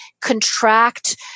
contract